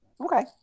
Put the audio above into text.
Okay